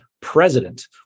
president